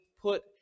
Put